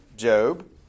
Job